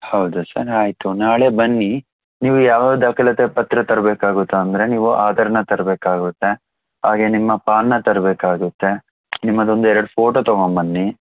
ಹೌದು ಸರ್ ಆಯಿತು ನಾಳೆ ಬನ್ನಿ ನೀವು ಯಾವ ದಾಖಲಾತಿ ಪತ್ರ ತರಬೇಕಾಗುತ್ತೆ ಅಂದರೆ ನೀವು ಆಧಾರನ್ನು ತರಬೇಕಾಗುತ್ತೆ ಹಾಗೆ ನಿಮ್ಮ ಪಾನನ್ನು ತರಬೇಕಾಗುತ್ತೆ ನಿಮ್ಮದೊಂದು ಎರಡು ಫೋಟೋ ತೊಗೊಂಬನ್ನಿ